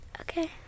Okay